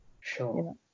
sure